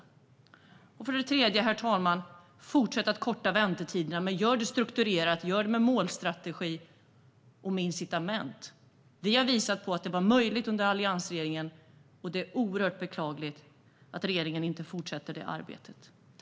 För det tredje: Fortsätt korta väntetiderna, men gör det strukturerat och med målstrategi och incitament! Vi har under alliansregeringen visat att detta var möjligt, och det är djupt beklagligt att regeringen inte fortsätter det arbetet.